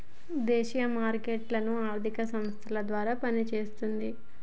విదేశీ మారక మార్కెట్ ఆర్థిక సంస్థల ద్వారా పనిచేస్తన్నది